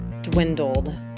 dwindled